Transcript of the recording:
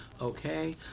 okay